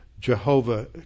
Jehovah